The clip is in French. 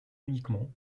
uniquement